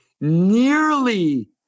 nearly